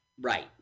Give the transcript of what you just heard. Right